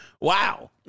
Wow